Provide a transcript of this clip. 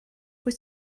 wyt